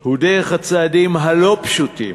הוא דרך הצעדים הלא-פשוטים